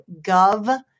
Gov